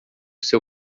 seu